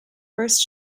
first